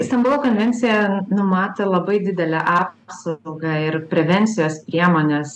stambulo konvencija numato labai didelę apsaugą ir prevencijos priemones